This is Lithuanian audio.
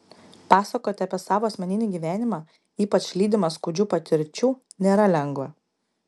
pasakoti apie savo asmeninį gyvenimą ypač lydimą skaudžių patirčių nėra lengva